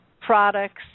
products